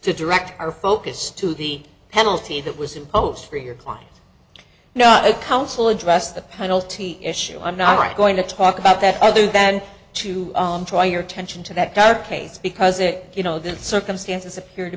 to direct our focus to the penalty that was imposed for your client not a council address the penalty issue i'm not going to talk about that other than to try your attention to that dark case because it you know the circumstances appear to